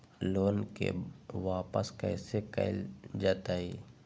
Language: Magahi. लोन के वापस कैसे कैल जतय?